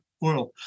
world